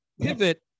pivot